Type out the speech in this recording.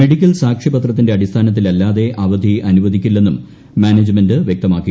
medical സാക്ഷ്യപത്രത്തിന്റെ അടിസ്ഥാനത്തിലില്ലാതെ അവധി അനുവദിക്കില്ലെന്നും മാനേജ്മെന്റ് വ്യക്തമാക്കി